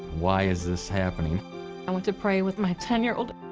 why is this happening i went to pray with my ten year old.